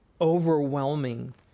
overwhelming